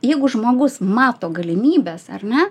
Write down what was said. jeigu žmogus mato galimybes ar ne